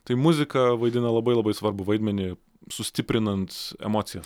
tai muzika vaidina labai labai svarbų vaidmenį sustiprinant emocijas